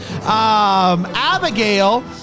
Abigail